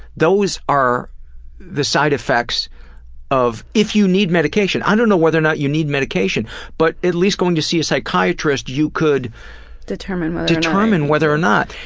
those are the side-effects of. if you need medication i don't know whether or not you need medication but at least going to see a psychiatrist you could determine but determine whether or not.